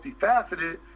multifaceted